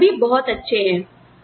और वे सभी बहुत अच्छे हैं